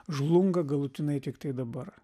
žlunga galutinai tiktai dabar